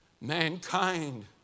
Mankind